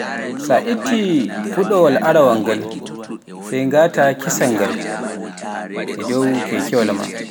Sa a ittii fuɗɗuwal aranal ngal, sey ngaataa kesal ngal, e dow keekewal maa